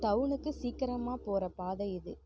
டவுனுக்கு சீக்கிரமாக போகிற பாதை எது